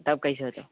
तब कैसे हेतौ